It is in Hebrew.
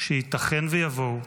שייתכן שיבואו.